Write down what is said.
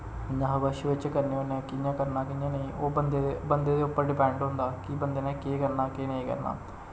इ'यां अस बश बिच्च करने होन्ने कि'यां करना कि'यां नेईं ओह् बंदे दे बंदे दे उप्पर डिपैंड होंदा कि बंदे ने केह् करना केह् नेईं करना